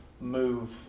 move